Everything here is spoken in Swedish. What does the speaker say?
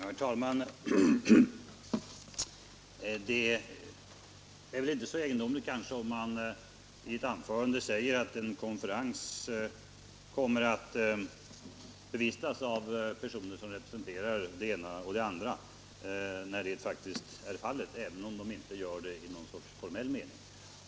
Herr talman! Det är kanske inte så egendomligt om man i ett anförande säger att en konferens kommer att bevistas av personer som representerar 15 olika organisationer, även om de inte gör det i någon sorts formell mening.